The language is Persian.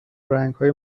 رنگهای